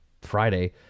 Friday